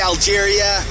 Algeria